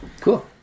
Cool